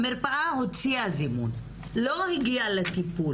המרפאה הוציאה זימון, לא הגיעה לטיפול.